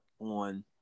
on